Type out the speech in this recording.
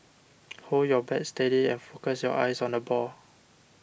hold your bat steady and focus your eyes on the ball